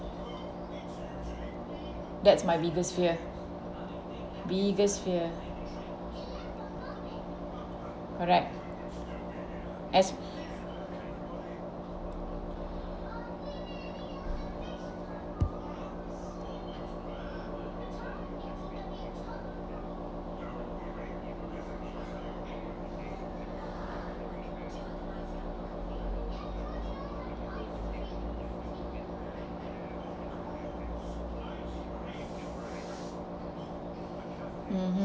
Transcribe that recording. that's my biggest fear biggest fear correct as mmhmm